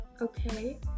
Okay